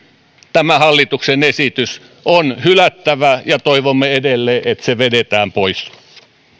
tämä hallituksen esitys on hylättävä ja toivomme edelleen että se vedetään pois